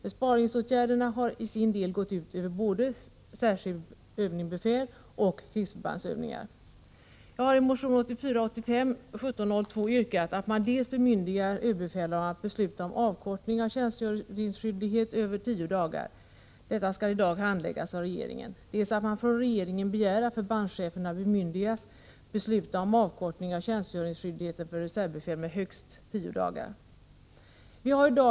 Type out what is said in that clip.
Besparingsåtgärderna har i en del fall gått ut över både särskilda övningsbefäl, SÖB, och krigsförbandsövningar, KFÖ. Jag har i motion 1984/85:1702 yrkat dels att man bemyndigar överbefälhavaren att besluta om avkortning av tjänstgöringsskyldighet över tio dagar — denna fråga skall i dag handläggas av regeringen —, dels att man hos regeringen begär att förbandscheferna bemyndigas besluta om avkortning av tjänstgöringsskyldigheten för reservbefäl med högst tio dagar.